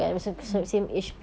mm mm